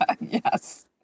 Yes